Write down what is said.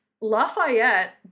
Lafayette